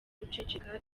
guceceka